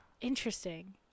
Interesting